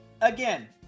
again